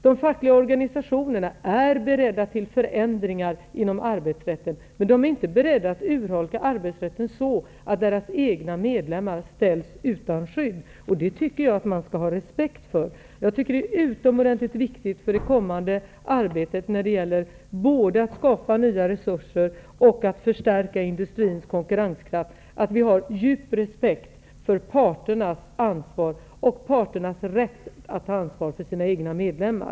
De fackliga organisationerna är beredda till förändringar inom arbetsrätten, men de är inte beredda att urholka arbetsrätten så att deras egna medlemmar ställs utan skydd. Det tycker jag att man skall ha respekt för. Det är utomordentligt viktigt för det kommande arbetet när det gäller både att skapa nya resurser och att förstärka industrins konkurrenskraft, att vi har djup respekt för parternas ansvar och parternas rätt att ta ansvar för sina egna medlemmar.